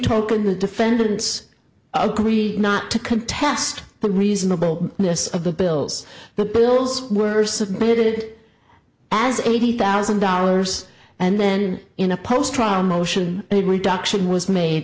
token the defendants agree not to contest but reasonable ness of the bills the bills were submitted as eighty thousand dollars and then in a post trial motion a reduction was made